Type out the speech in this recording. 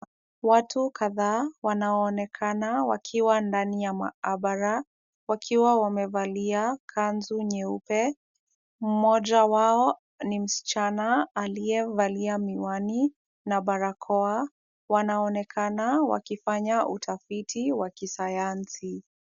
Watu kadhaa wanaoonekana wakiwa ndani ya maabara wakiwa wamevalia kanzu nyeupe, mmoja wao ni msichana aliyevalia miwani na barakoa. Wanaonekana wakiwafanya utafiti wa kisayansi.